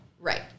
right